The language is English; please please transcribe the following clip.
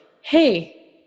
hey